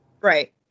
Right